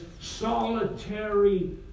solitary